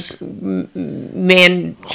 man